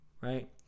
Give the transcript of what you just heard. right